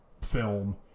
film